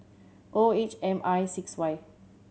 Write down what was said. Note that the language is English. O H M I six Y